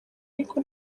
ariko